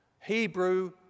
Hebrew